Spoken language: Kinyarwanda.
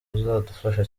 azadufasha